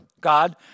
God